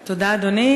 תודה, אדוני.